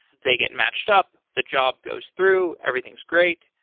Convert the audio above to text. they get matched up. the job goes through. everything is great.